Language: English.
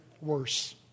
worse